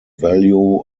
value